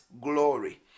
glory